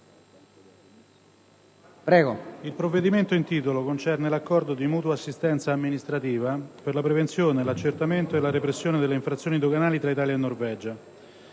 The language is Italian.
il provvedimento in titolo concerne l'Accordo di mutua assistenza amministrativa per la prevenzione, l'accertamento e la repressione delle infrazioni doganali tra Italia e Norvegia.